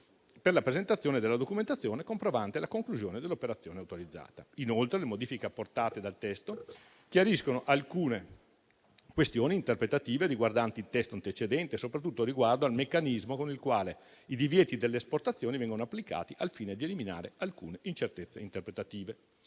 per la presentazione della documentazione comprovante la conclusione dell'operazione autorizzata. Inoltre, le modifiche apportate dal testo chiariscono alcune questioni interpretative riguardanti quello antecedente, soprattutto riguardo al meccanismo con il quale i divieti delle esportazioni vengono applicati al fine di eliminare alcune incertezze interpretative.